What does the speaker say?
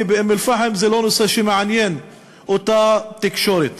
באום-אלפחם זה לא נושא שמעניין את התקשורת.